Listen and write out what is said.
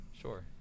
Sure